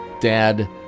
dad